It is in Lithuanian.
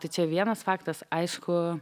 tai čia vienas faktas aišku